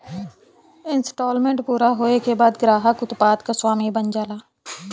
instalment पूरा होये के बाद ग्राहक उत्पाद क स्वामी बन जाला